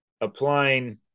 applying